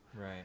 Right